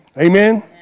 Amen